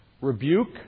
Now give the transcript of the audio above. rebuke